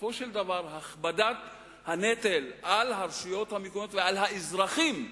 ובסופו של דבר הכבדת הנטל על הרשויות המקומיות ועל האזרחים,